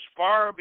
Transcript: far